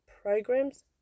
programs